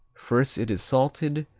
first it is salted,